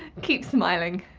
keep smiling.